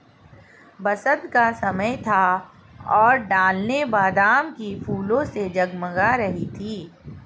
बसंत का समय था और ढलानें बादाम के फूलों से जगमगा रही थीं